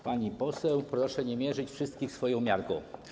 Pani poseł, proszę nie mierzyć wszystkich swoją miarą.